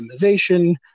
optimization